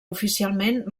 oficialment